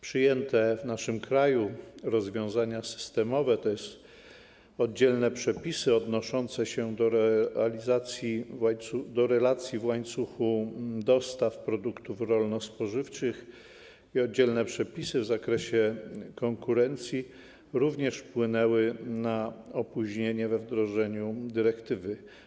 Przyjęte w naszym kraju rozwiązania systemowe, tj. oddzielne przepisy odnoszące się do relacji w łańcuchu dostaw produktów rolno-spożywczych i oddzielne przepisy w zakresie konkurencji, również wpłynęły na opóźnienie we wdrożeniu dyrektywy.